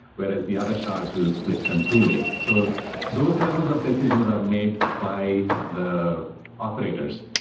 whereas the other shards will split them two-way. so those levels of decisions are made by the operators,